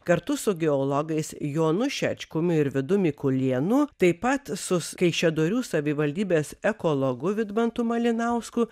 kartu su geologais jonu šečkumi ir vidu mikulėnu taip pat su kaišiadorių savivaldybės ekologu vidmantu malinausku